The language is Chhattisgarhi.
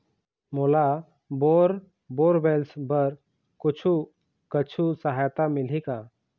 मोला बोर बोरवेल्स बर कुछू कछु सहायता मिलही का?